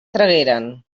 tragueren